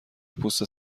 پوست